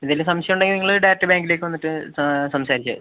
എന്തേലും സംശയമുണ്ടെങ്കിൽ നിങ്ങള് ഡയറക്റ്റ് ബാങ്കിലേക്ക് വന്നിട്ട് സംസാരിച്ചാൽ മതി